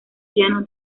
piano